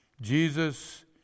Jesus